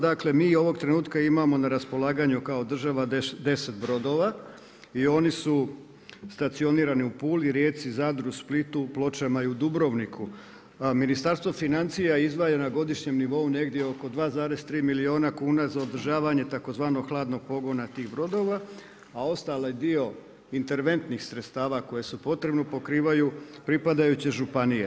Dakle mi ovog trenutka imamo na raspolaganju kao država 10 brodova i oni su stacionirani u Puli, Rijeci, Zadru, Splitu, Pločama i u Dubrovniku, a Ministarstvo financija izdvaja na godišnjem nivou negdje oko 2,3 milijuna kuna za održavanje tzv. hladnog pogona tih brodova, a ostali dio interventnih sredstava koji su potrebni pokrivaju pripadajuće županije.